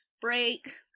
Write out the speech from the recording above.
break